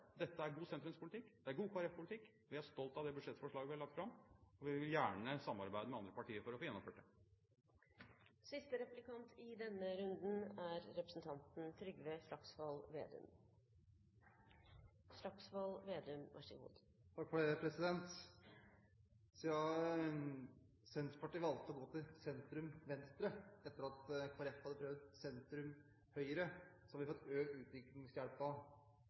god sentrumspolitikk. Det er god Kristelig Folkeparti-politikk. Vi er stolte av det budsjettforslaget vi har lagt fram, og vi vil gjerne samarbeide med andre partier for å få gjennomført det. Siden Senterpartiet valgte å gå til sentrum-venstre etter at Kristelig Folkeparti hadde prøvd sentrum-høyre, har vi fått økt utviklingshjelpen ganske kraftig. Kristelig Folkeparti har alltid vært litt mer utålmodig enn det regjeringen har vært, men det har gått i riktig retning. Vi har økt